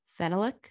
phenolic